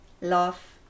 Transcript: Love